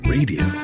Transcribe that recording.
Radio